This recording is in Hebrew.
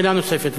שאלה נוספת.